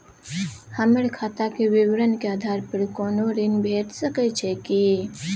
हमर खाता के विवरण के आधार प कोनो ऋण भेट सकै छै की?